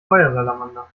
feuersalamander